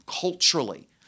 culturally